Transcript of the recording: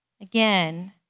Again